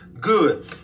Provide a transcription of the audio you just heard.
Good